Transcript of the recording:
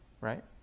right